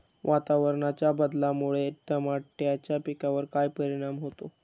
वातावरणाच्या बदलामुळे टमाट्याच्या पिकावर काय परिणाम होतो?